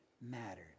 mattered